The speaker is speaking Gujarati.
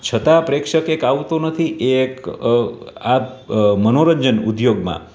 છતાં પ્રેક્ષક એક આવતો નથી એ એક આ મનોરંજન ઉદ્યોગમાં